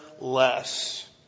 less